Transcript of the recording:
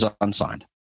unsigned